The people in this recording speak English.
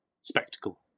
spectacle